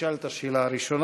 תשאל את השאלה הראשונה,